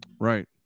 Right